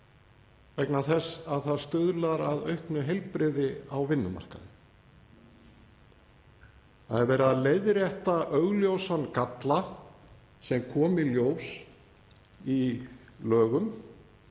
vegna þess að það stuðlar að auknu heilbrigði á vinnumarkaði. Það er verið að leiðrétta augljósan galla sem kom í ljós á lögum,